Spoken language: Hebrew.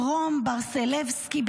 רום ברסלבסקי,